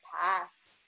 past